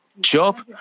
Job